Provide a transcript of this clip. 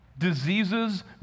diseases